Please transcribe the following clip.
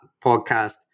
podcast